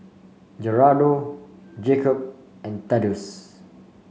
Gerardo Jakob and Thaddeus